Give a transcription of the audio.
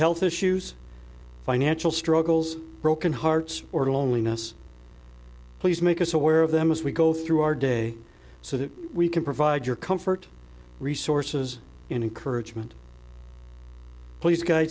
health issues financial struggles broken hearts or loneliness please make us aware of them as we go through our day so that we can provide your comfort resources in encouragement please gu